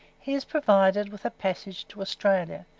he is provided with a passage to australia,